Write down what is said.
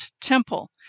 temple